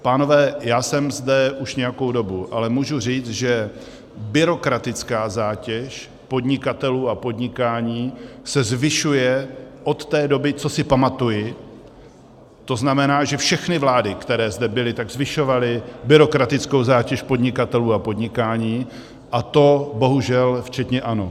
Pánové, já jsem zde už nějakou dobu, ale můžu říct, že byrokratická zátěž podnikatelů a podnikání se zvyšuje od té doby, co si pamatuji, to znamená, že všechny vlády, co zde byly, zvyšovaly byrokratickou zátěž podnikatelů a podnikání, a to bohužel včetně ANO.